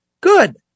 Good